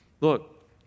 look